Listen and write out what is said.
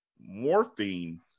morphine